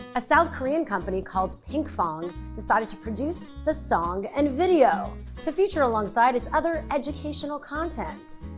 a south korean company called pink fong decided to produce the song and video to feature alongside its other educational content.